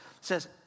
says